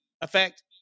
effect